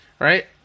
Right